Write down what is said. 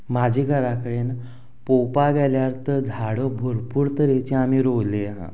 म्हाज्या घरा कडेन पळोवपा गेल्यार तर झाडां भरपूर तरेची आमी रोवलें आहा